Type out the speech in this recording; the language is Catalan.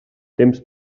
temps